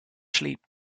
sleep